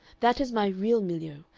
that is my real milieu,